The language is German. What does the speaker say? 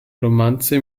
romanze